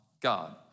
God